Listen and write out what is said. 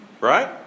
Right